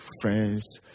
friends